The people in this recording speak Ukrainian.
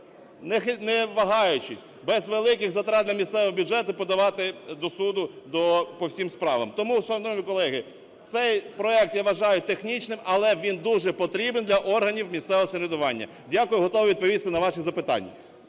не вагаючись, без великих затрат для місцевих бюджетів подавати до суду по всім справам. Тому, шановні колеги, цей проект я вважаю технічним. Але він дуже потрібен для органів місцевого самоврядування. Дякую. Готовий відповісти на ваші запитання.